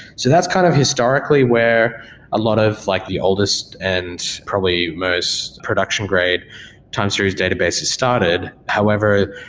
so that's kind of historically where a lot of like the oldest and probably most production grade time series database started. however,